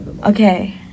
Okay